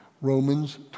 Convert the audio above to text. Romans